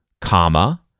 comma